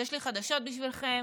יש לי חדשות בשבילכם.